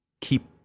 keep